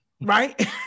Right